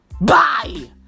Bye